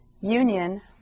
union